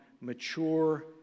mature